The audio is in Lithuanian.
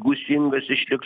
gūsingas išliks